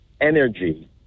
energy